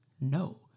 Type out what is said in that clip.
No